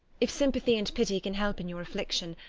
if sympathy and pity can help in your affliction,